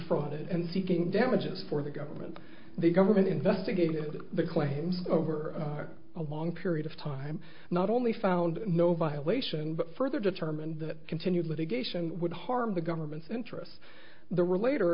defrauded and seeking damages for the government the government investigated the claims over a long period of time not only found no violation but further determined that continued litigation would harm the government's interests the re